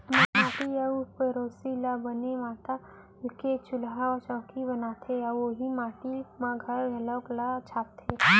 माटी अउ पेरोसी ल बने मता के चूल्हा चैकी बनाथे अउ ओइ माटी म घर दुआर घलौ छाबथें